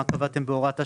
מה קבעתם בהוראת השעה?